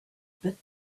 bit